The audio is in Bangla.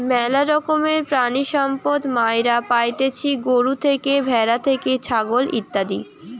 ম্যালা রকমের প্রাণিসম্পদ মাইরা পাইতেছি গরু থেকে, ভ্যাড়া থেকে, ছাগল ইত্যাদি